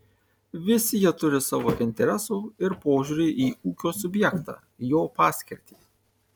visi jie turi savo interesų ir požiūrį į ūkio subjektą jo paskirtį